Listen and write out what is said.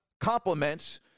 compliments